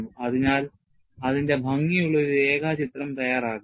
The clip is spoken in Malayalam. അതിനാൽ അതിന്റെ ഭംഗിയുള്ള ഒരു രേഖാചിത്രം തയ്യാറാക്കുക